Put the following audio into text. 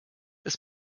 ist